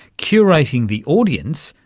curating the audience,